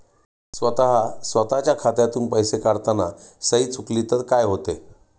स्वतः स्वतःच्या खात्यातून पैसे काढताना सही चुकली तर काय होते?